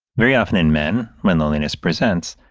very often in men, when loneliness presents,